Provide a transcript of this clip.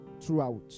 throughout